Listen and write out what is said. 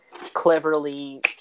cleverly